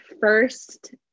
first